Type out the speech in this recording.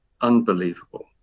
unbelievable